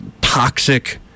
toxic